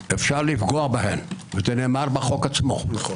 אשמח לבוא, וגם אביא ספרים שלי ואחלק חינם.